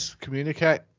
communicate